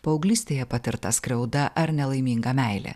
paauglystėje patirta skriauda ar nelaiminga meilė